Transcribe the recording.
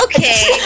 Okay